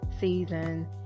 season